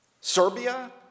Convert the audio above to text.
Serbia